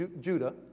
Judah